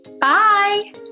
Bye